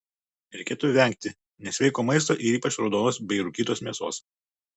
reikėtų vengti nesveiko maisto ir ypač raudonos bei rūkytos mėsos